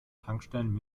tankstellen